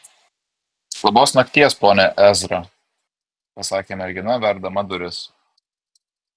labos nakties pone ezra pasakė mergina verdama duris